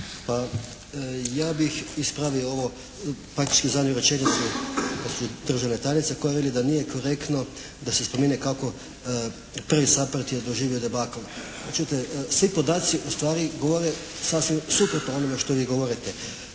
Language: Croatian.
Ja bih ispravio ovo zadnju rečenicu državne tajnice koja veli da nije korektno da se spomene kako prvi SAPARD je doživio debakl. Čujte, svi podaci ustvari govore sasvim suprotno o onome što vi govorite.